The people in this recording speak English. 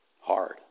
hard